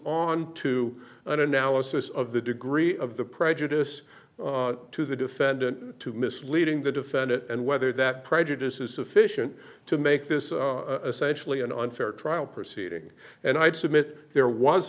on to an analysis of the degree of the prejudice to the defendant to misleading the defendant and whether that prejudice is sufficient to make this essential to an unfair trial proceeding and i'd submit there was